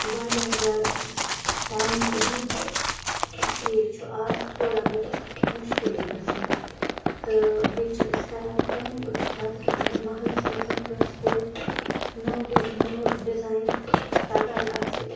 واریاہ زیادٕ ٹایِم تہِ دیُن اِس لیے چھُ آز تھوڑا بہت مُشکِلٕے گژھان تہٕ بیٚیہِ چھِ أسۍ کَران کٲم أسۍ چھِ پَتہٕ اَگر مٔحلَس منٛز کٲنٛسہِ کورِ نوٚو نوٚو ڈِزایِن تَگان آسہِ